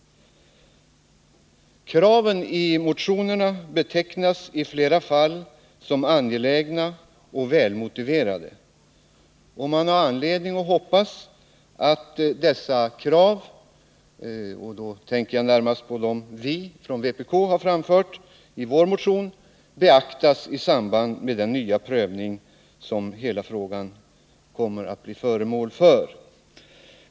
Kraven i motionerna betecknas i flera fall som angelägna och välmotiverade, och man har anledning hoppas att dessa krav — jag tänker då närmast på dem som vi i vänsterpartiet kommunisterna har framfört i vår motion — beaktas i samband med den nya prövning som hela frågan kommer att bli föremål för.